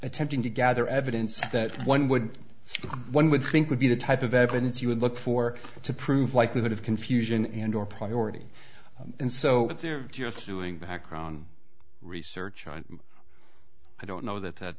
attempting to gather evidence that one would see one would think would be the type of evidence you would look for to prove likelihood of confusion and or priority and so they're just doing background research on i don't know that that